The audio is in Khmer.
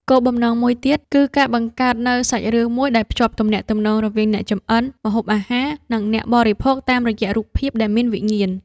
គោលបំណងមួយទៀត គឺការបង្កើតនូវសាច់រឿងមួយដែលភ្ជាប់ទំនាក់ទំនងរវាងអ្នកចម្អិន ម្ហូបអាហារ និងអ្នកបរិភោគតាមរយៈរូបភាពដែលមានវិញ្ញាណ។